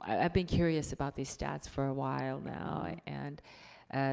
i've been curious about these stats for a while, now. and